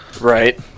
Right